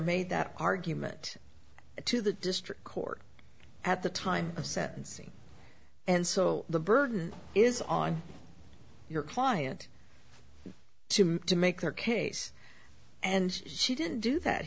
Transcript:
made that argument to the district court at the time of sentencing and so the burden is on your client to to make their case and she didn't do that